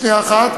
שנייה אחת,